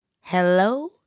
Hello